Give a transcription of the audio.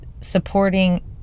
supporting